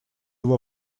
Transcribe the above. его